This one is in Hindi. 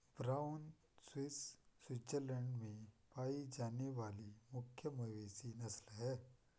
ब्राउन स्विस स्विट्जरलैंड में पाई जाने वाली मुख्य मवेशी नस्ल है